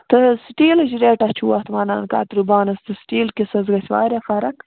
تہٕ سِٹیٖلٕچ ریٹاہ چھِو اَتھ وَنان کَترو بانَس تُہۍ سِٹیٖل کِس حظ گژھِ واریاہ فرٕق